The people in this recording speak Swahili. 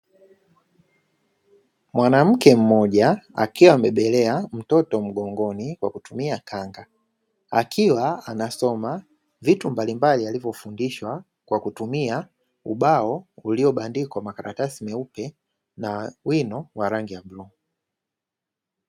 Mwanamke mmoja akiwa amebeba mtoto mgongoni kwa kutumia kanga, akiwa anasoma vitu mbalimbali alivyofundishwa kwa kutumia ubao uliobadikwa makaratasi meupe na wino wa rangi ya bluu.